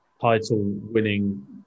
title-winning